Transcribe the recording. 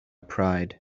pride